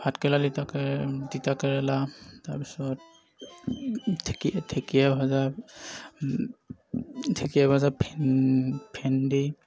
ভাত কেৰেলা লিতা তিতা কেৰেলা তাৰ পিছত ঢেঁকীয়া ভজা ঢেঁকীয়া ভজা ভেন্দি